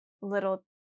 little